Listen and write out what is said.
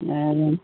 অঁ